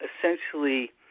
essentially